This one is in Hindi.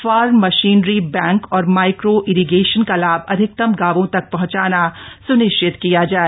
फार्म मशीनरी बैंक और माइक्रो इरीगेशन का लाभ अधिकतम गांवों तक पहंचाना सुनिश्चित किया जाए